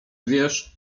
wiesz